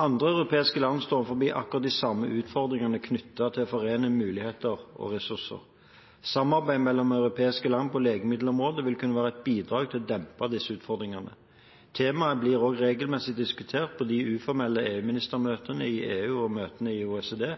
Andre europeiske land står overfor akkurat de samme utfordringene knyttet til å forene muligheter og ressurser. Samarbeid mellom europeiske land på legemiddelområdet vil kunne være et bidrag til å dempe disse utfordringene. Temaet blir også regelmessig diskutert i de uformelle ministermøtene i EU og i møtene i OECD